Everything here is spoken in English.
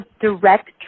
direct